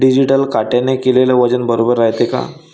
Digital काट्याने केलेल वजन बरोबर रायते का?